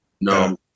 no